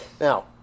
Now